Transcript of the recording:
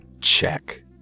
Check